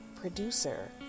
producer